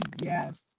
Yes